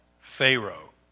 Pharaoh